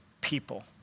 people